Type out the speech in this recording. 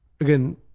again